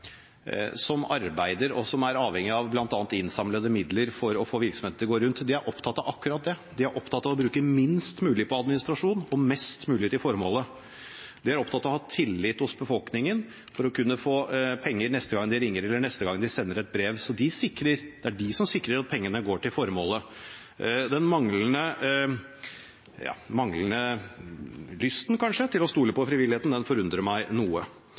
som arbeider frivillig, og som er avhengig av bl.a. innsamlede midler for å få virksomheten til å gå rundt, er opptatt av akkurat det. De er opptatt av å bruke minst mulig på administrasjon og mest mulig til formålet. De er opptatt av å ha tillit hos befolkningen for å kunne få penger neste gang de ringer, eller neste gang de sender et brev. Så det er de som sikrer at pengene går til formålet. Den manglende lysten, kanskje, til å stole på frivilligheten forundrer meg noe.